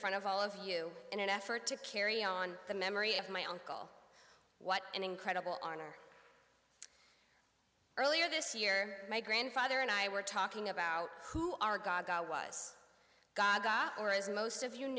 front of all of you in an effort to carry on the memory of my uncle what an incredible honor earlier this year my grandfather and i were talking about who are god god was god god or as most of you